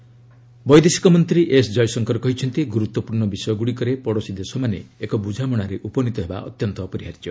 ଜୟଶଙ୍କର ରାଇସିନା ବୈଦେଶିକ ମନ୍ତ୍ରୀ ଏସ୍ ଜୟଶଙ୍କର କହିଛନ୍ତି ଗୁରୁତ୍ୱପୂର୍ଣ୍ଣ ବିଷୟଗୁଡ଼ିକରେ ପଡ଼ୋଶୀ ଦେଶମାନେ ଏକ ବୁଝାମଣାରେ ଉପନୀତ ହେବା ଅତ୍ୟନ୍ତ ଅପରିହାର୍ଯ୍ୟ